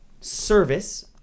service